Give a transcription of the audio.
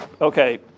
okay